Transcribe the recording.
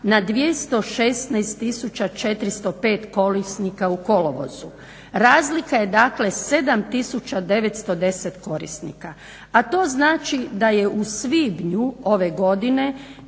na 216405 korisnika u kolovozu. Razlika je dakle, 7910 korisnika, a to znači da je u svibnju ove godine